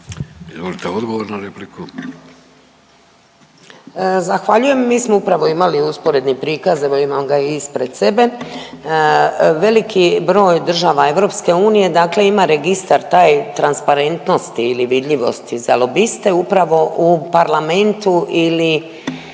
Vedrana** Zahvaljujem. Mi smo upravo imali usporedni prikaz, evo imam ga i ispred sebe. Veliki broj država EU dakle ima registar taj transparentnosti ili vidljivosti za lobiste upravo u parlamentu ili